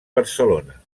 barcelona